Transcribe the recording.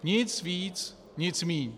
Nic víc, nic míň.